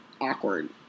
awkward